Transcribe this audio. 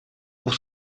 pour